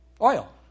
Oil